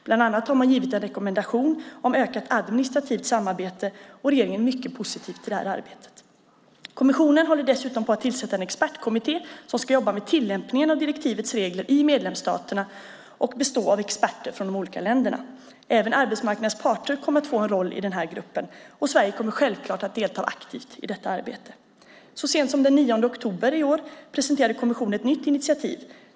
Bland annat har man givit en rekommendation om ökat administrativt samarbete, och regeringen är mycket positiv till det arbetet. Kommissionen håller dessutom på att tillsätta en expertkommitté som ska jobba med tillämpningen av direktivets regler i medlemsstaterna och bestå av experter från de olika länderna. Även arbetsmarknadens parter kommer att få en roll i gruppen. Sverige kommer självklart att delta aktivt i detta arbete. Så sent som den 9 oktober i år presenterade kommissionen ett nytt initiativ.